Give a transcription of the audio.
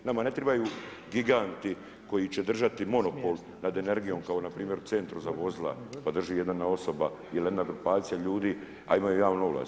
Nama ne trebaju giganti koji će držati monopol nad energijom kao npr. u centru za vozila pa drži jedna osoba ili jedna grupacija ljudi, a imaju javnu ovlast.